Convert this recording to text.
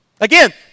Again